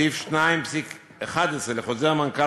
סעיף 2.11 לחוזר מנכ"ל,